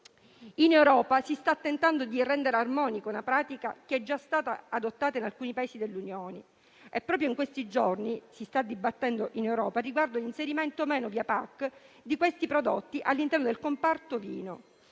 In Europa si sta tentando di rendere armonica una pratica che è già stata adottata in alcuni Paesi dell'Unione e proprio in questi giorni si sta dibattendo in Europa riguardo all'inserimento o no, via PAC, di questi prodotti all'interno del comparto del vino.